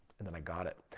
and then i got it.